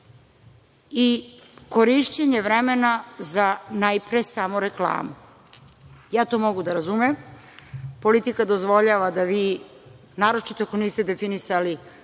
i korišćenja vremena za najpre samo reklamu. Ja to mogu da razumem. Politika dozvoljava da vi naročito, ako niste definisali kako